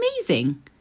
amazing